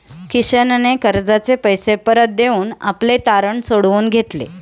किशनने कर्जाचे पैसे परत देऊन आपले तारण सोडवून घेतले